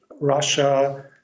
Russia